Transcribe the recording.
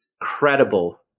credible